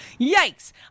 Yikes